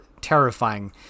terrifying